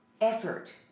effort